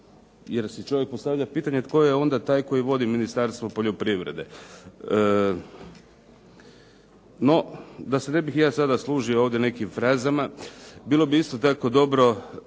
jer si čovjek postavlja pitanje tko je onda taj koji vodi Ministarstvo poljoprivrede. No, da se ne bih ja sada služio ovdje nekim frazama, bilo bi isto tako jako